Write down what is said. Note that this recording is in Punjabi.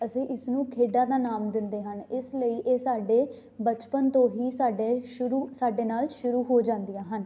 ਅਸੀਂ ਇਸ ਨੂੰ ਖੇਡਾਂ ਦਾ ਨਾਮ ਦਿੰਦੇ ਹਨ ਇਸ ਲਈ ਇਹ ਸਾਡੇ ਬਚਪਨ ਤੋਂ ਹੀ ਸਾਡੇ ਸ਼ੁਰੂ ਸਾਡੇ ਨਾਲ ਸ਼ੁਰੂ ਹੋ ਜਾਂਦੀਆਂ ਹਨ